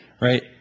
right